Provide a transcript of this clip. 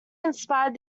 inspired